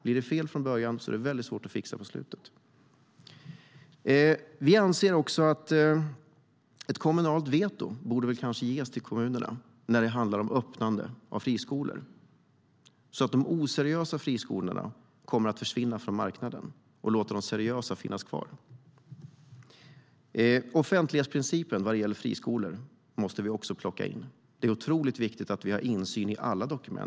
Blir det fel från början är det väldigt svårt att fixa på slutet. Vi måste också plocka in offentlighetsprincipen vad gäller friskolor. Det är otroligt viktigt att vi har insyn i alla dokument.